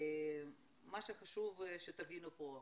מה שחשוב שתבינו פה,